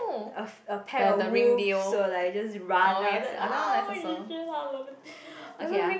a a pack of wolves will like just run then after that I love it okay ah